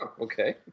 Okay